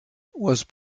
was